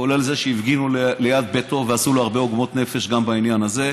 כולל זה שהפגינו ליד ביתו ועשו לו הרבה עוגמות נפש גם בעניין הזה,